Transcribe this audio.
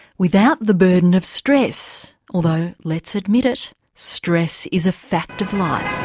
without the burden of stress. although, let's admit it stress is a fact of life.